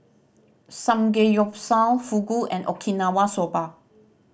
Samgeyopsal Fugu and Okinawa Soba